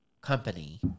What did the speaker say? company